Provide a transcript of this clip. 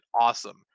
awesome